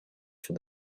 for